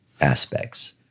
aspects